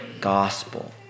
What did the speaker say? gospel